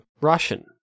Russian